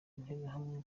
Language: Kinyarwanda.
interahamwe